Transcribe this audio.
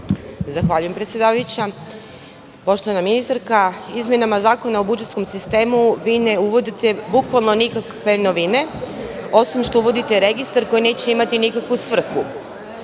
Zahvaljujem predsedavajuća. Poštovana ministarka, izmenama Zakona o budžetskom sistemu vi ne uvodite bukvalno nikakve novine, osim što uvodite registar koji neće imati nikakvu svrhu.